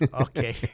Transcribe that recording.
Okay